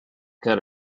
cut